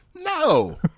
No